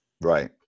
Right